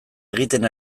egiten